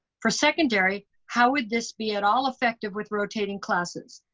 for secondary, how would this be at all effective with rotating classes?